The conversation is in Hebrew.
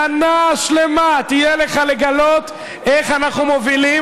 שנה שלמה תהיה לך לגלות איך אנחנו מובילים,